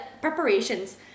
preparations